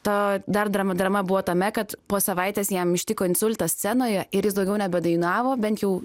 to dar drama drama buvo tame kad po savaitės jam ištiko insultas scenoje ir jis daugiau nebedainavo bent jau